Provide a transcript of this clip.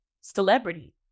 celebrity